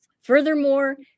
Furthermore